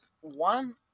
One